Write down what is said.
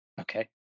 Okay